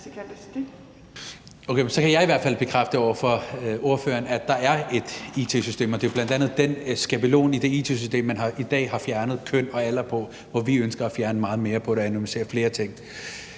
så kan jeg i hvert fald bekræfte over for ordføreren, at der er et it-system, og det er jo bl.a. i den skabelon i det it-system, at man i dag har fjernet køn og alder, hvor vi ønsker at fjerne meget mere og mener at vi burde anonymisere flere ting.